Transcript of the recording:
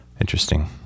interesting